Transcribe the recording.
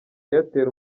airtel